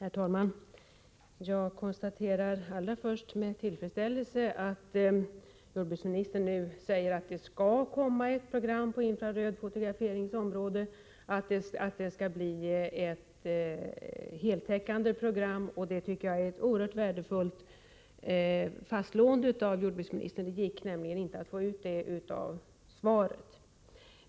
Herr talman! Jag konstaterar allra först med tillfredsställelse att jordbruksministern säger att det nu skall komma ett program på den infraröda fotograferingens område och att det skall bli ett heltäckande program. Jag tror att det är oerhört värdefullt att jordbruksministern fastslår detta — det gick nämligen inte att få ut det av svaret.